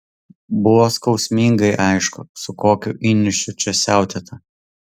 buvo skausmingai aišku su kokiu įniršiu čia siautėta